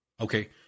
Okay